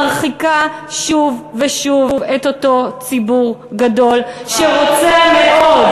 מרחיקה שוב ושוב את אותו ציבור גדול שרוצה מאוד